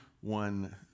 one